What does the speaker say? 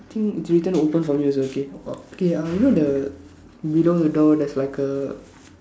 I think it's written open for me also okay o~ okay uh you know the below the door there's like a